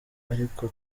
ariko